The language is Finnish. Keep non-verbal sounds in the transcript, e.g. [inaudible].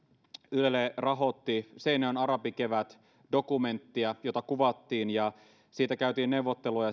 yle rahoitti seinäjoen arabikevät dokumenttia jota kuvattiin ja josta käytiin neuvotteluja [unintelligible]